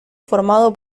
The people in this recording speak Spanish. formado